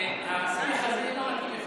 השיח הזה לא מתאים לך.